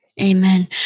Amen